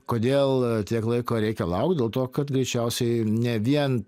kodėl tiek laiko reikia laukt dėl to kad greičiausiai ne vien